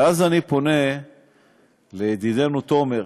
ואז אני פונה אל ידידנו תומר,